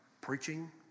Preaching